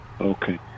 okay